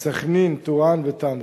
סח'נין, טורעאן ותמרה.